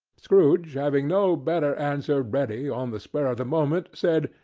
scrooge having no better answer ready on the spur of the moment, said,